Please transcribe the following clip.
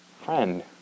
friend